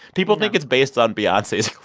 people think it's based on beyonce's